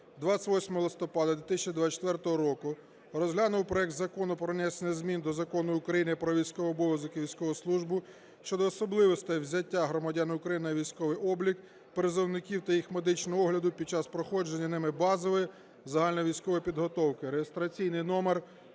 28 листопада 2024 року розглянув проект Закону про внесення змін до Закону України "Про військовий обов'язок і військову службу" щодо особливостей взяття громадян України на військовий облік призовників та їх медичного огляду під час проходження ними базової загальновійськової підготовки (реєстраційний номер